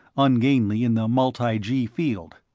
ungainly in the multi-gee field.